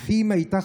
וכי אם הייתה,